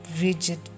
rigid